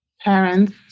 Parents